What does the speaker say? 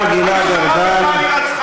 השר גלעד ארדן,